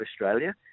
Australia